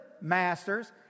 masters